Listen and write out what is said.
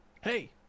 Hey